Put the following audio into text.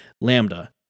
Lambda